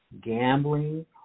gambling